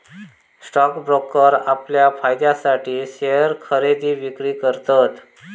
stock broker आपल्या फायद्यासाठी share खरेदी विक्री करतत